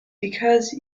because